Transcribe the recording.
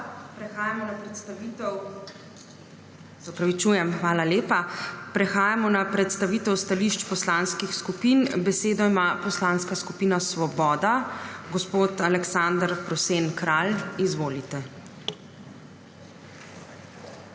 Prehajamo na predstavitev stališč poslanskih skupin. Besedo ima Poslanska skupina Svoboda. Gospod Aleksander Prosen Kralj, izvolite.